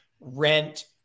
rent